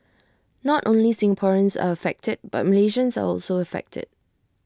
not only Singaporeans are affected but Malaysians are also affected